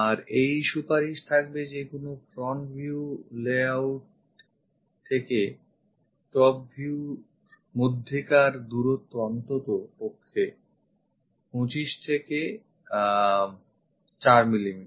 আর এই সুপারিশ থাকবে যে কোন front view layout থেকে top view র মধ্যেকার দূরত্ব অন্ততপক্ষে 25 থেকে 4 mm